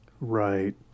Right